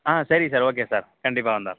ஆ சரிங்க சார் ஓகேங்க சார் கண்டிப்பாக வந்துடுறேன்